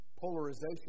polarization